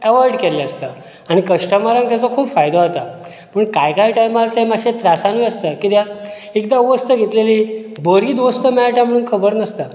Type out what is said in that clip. avoid केल्लें आसता आनी कस्टमराक ताचो खूब फायदो जाता पूण कांय कांय टायमार ते सामकें त्रासानूय आसतात कित्याक एकदां वस्त घेतलेली बरीच वस्त मेळटा म्हणून खबर नासता